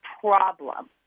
problem